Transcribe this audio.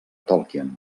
tolkien